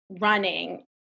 running